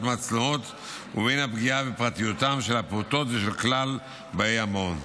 מצלמות ובין הפגיעה בפרטיותם של הפעוטות ושל כלל באי המעון.